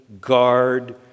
guard